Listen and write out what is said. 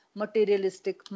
materialistic